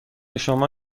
شما